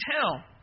tell